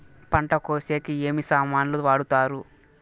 పంట కోసేకి ఏమి సామాన్లు వాడుతారు?